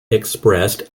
expressed